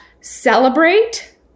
celebrate